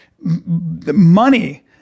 money